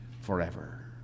forever